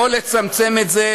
או לצמצם את זה.